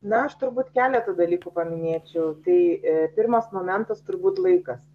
na aš turbūt keletą dalykų paminėčiau tai e pirmas momentas turbūt laikas